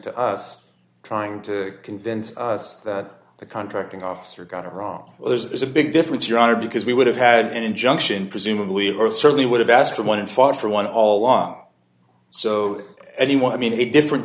to us trying to convince us that the contracting officer got it wrong well there's a big difference your honor because we would have had an injunction presumably or certainly would have asked for one and four for one all along so anyone i mean a different